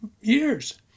years